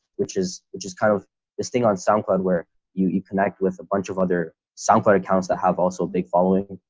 which is just kind of this thing on soundcloud where you you connect with a bunch of other soundcloud accounts that have also a big following,